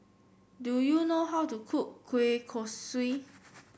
do you know how to cook Kueh Kosui